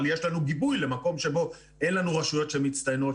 אבל יש לנו גיבוי למקום שבו אין לנו רשויות מצטיינות,